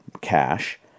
cash